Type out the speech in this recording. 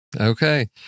Okay